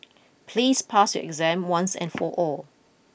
please pass your exam once and for all